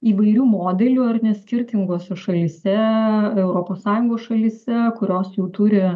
įvairių modelių ar ne skirtingose šalyse europos sąjungos šalyse kurios jau turi